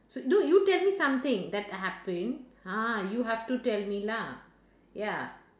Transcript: s~ d~ you tell me something that happened ah you have to tell me lah ya